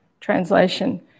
Translation